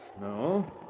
No